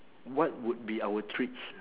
what would be our treats